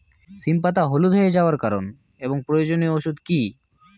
সিম পাতা হলুদ হয়ে যাওয়ার কারণ এবং প্রয়োজনীয় ওষুধ কি?